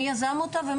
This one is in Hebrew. מי יזם אותו.